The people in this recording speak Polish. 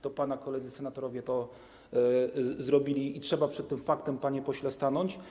To pana koledzy senatorowie to zrobili i trzeba przed tym faktem, panie pośle, stanąć.